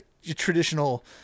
traditional